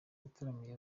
yataramiye